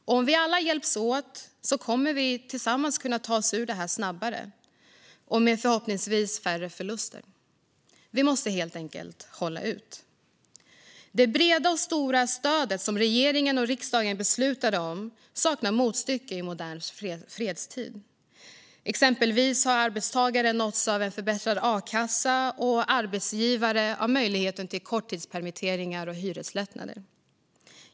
Om vi alla hjälps åt kommer vi tillsammans att kunna ta oss ur detta snabbare och förhoppningsvis med färre förluster. Vi måste helt enkelt hålla ut. Det breda och stora stöd som regeringen och riksdagen beslutat om saknar motstycke i modern fredstid. Exempelvis har arbetstagare nåtts av en förbättrad a-kassa och arbetsgivare av möjligheten till korttidspermitteringar och hyreslättnader.